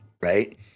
right